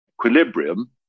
equilibrium